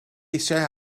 eisiau